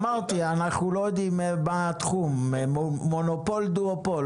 אמרתי שאנחנו לא יודעים בתחום מונופול או דואופול,